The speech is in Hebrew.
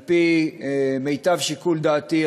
על-פי מיטב שיקול דעתי,